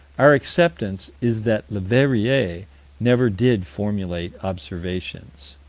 our acceptance is that leverrier never did formulate observations